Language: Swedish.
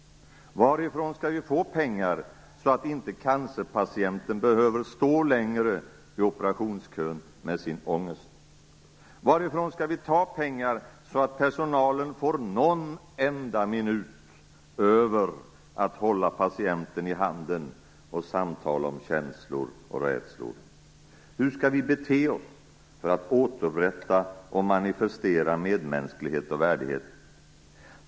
Varifrån skall vi få pengar, så att inte cancerpatienten behöver stå längre i operationskön med sin ångest? Varifrån skall vi ta pengar så att personalen får någon enda minut över för att hålla patienten i handen och samtala om känslor och rädslor? Hur skall vi bete oss för att återupprätta och manifestera medmänsklighet och värdighet?